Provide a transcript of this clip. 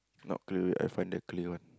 not clear I find the clear one